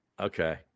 Okay